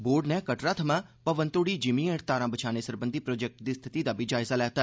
board नै कटरा थमां भवन तोहड़ी जिमीं हेठ तारां बछाने सरबंधी प्रोजेक्ट दी स्थिति दा बी जायजा लैता